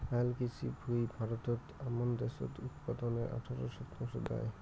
হালকৃষি ভুঁই ভারতত আমান দ্যাশজ উৎপাদনের আঠারো শতাংশ দ্যায়